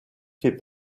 fait